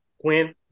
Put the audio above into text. Quinn